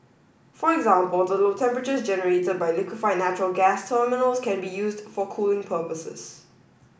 for example the low temperatures generated by liquefied natural gas terminals can be used for cooling purposes